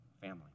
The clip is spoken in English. family